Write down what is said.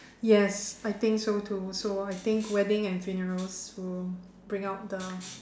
yes I think so too so I think wedding and funerals will bring out the